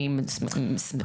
אני שמחה על כך.